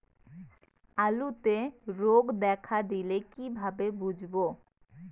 আলুতে রোগ দেখা দিলে কিভাবে বুঝবো?